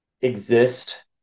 exist